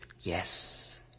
Yes